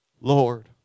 Lord